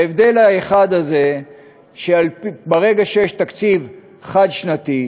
וההבדל האחד זה שברגע שיש תקציב חד-שנתי,